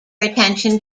attention